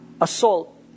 assault